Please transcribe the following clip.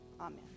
amen